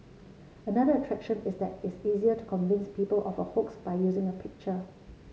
another attraction is that it's easier to convince people of a hoax by using a picture